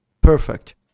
perfect